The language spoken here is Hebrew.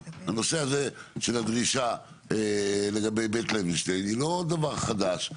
הנושא הזה של הדרישה לגבי בית לוינשטיין הוא לא דבר חדש,